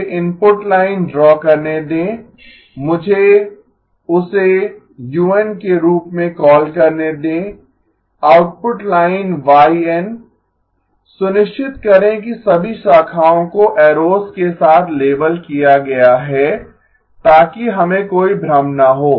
मुझे input line draw करने दें मुझे उसे u n के रूप में कॉल करने दें आउटपुट लाइन y n सुनिश्चित करें कि सभी शाखाओं को एरोस के साथ लेबल किया गया है ताकि हमें कोई भ्रम न हो